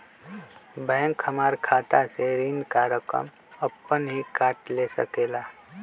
Bank हमार खाता से ऋण का रकम अपन हीं काट ले सकेला?